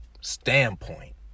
standpoint